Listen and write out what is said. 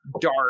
dark